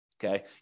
Okay